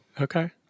Okay